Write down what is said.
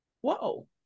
whoa